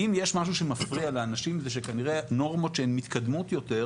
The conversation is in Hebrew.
אם יש משהו שמפריע לאנשים זה שכנראה נורמות שהן מתקדמות יותר,